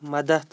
مدد